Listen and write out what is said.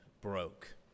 broke